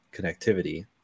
connectivity